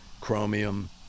chromium